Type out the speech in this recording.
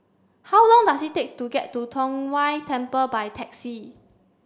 how long does it take to get to Tong Whye Temple by taxi